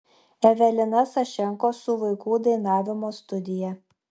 evelina sašenko su vaikų dainavimo studija